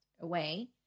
away